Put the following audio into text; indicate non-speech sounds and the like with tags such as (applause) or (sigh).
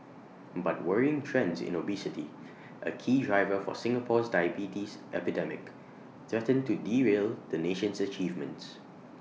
but worrying trends in obesity (noise) A key driver for Singapore's diabetes epidemic threaten to derail the nation's achievements